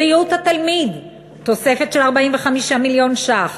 בריאות התלמיד, תוספת של 45 מיליון ש"ח.